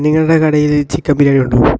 നിങ്ങളുടെ കടയില് ചിക്കൻ ബിരിയാണി ഉണ്ടോ